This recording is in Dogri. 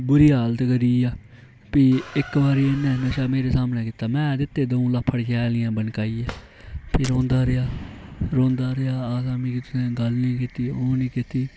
बुरी हालत करिया भी इक बारी इ'न्नै नशा मेरे सामने कीता में दित्ते द'ऊं लफ्फड़ शैल इ'यां बनकाइयै फ्ही रौंदा रेहा रौंंदा रेहा आखदा मिगी तुसें गल्ल निं कीती ओह् निं कीती